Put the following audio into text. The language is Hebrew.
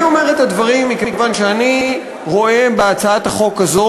אני אומר את הדברים מכיוון שאני רואה בהצעת החוק הזו,